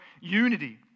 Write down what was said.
unity